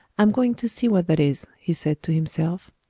i'm going to see what that is, he said to himself,